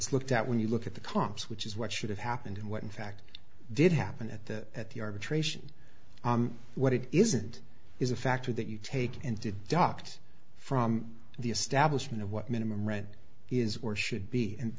looked at when you look at the comps which is what should have happened and what in fact did happen at the at the arbitration what it isn't is a factor that you take and deduct from the establishment of what minimum rent is or should be